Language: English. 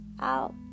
out